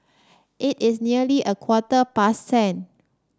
it is nearly a quarter past ten